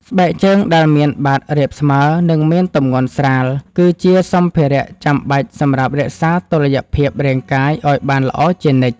ស្បែកជើងដែលមានបាតរាបស្មើ និងមានទម្ងន់ស្រាល គឺជាសម្ភារៈចាំបាច់សម្រាប់រក្សាតុល្យភាពរាងកាយឱ្យបានល្អជានិច្ច។